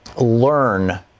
learn